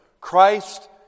Christ